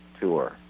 Tour